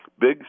Big